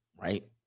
right